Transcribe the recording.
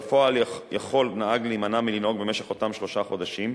בפועל יכול נהג להימנע מלנהוג במשך אותם שלושה חודשים,